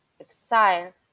exile